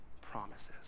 promises